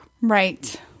Right